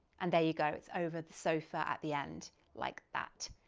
and there you go, it's over the sofa at the end like that.